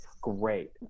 great